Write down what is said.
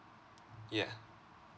yeah